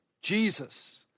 Jesus